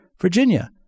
Virginia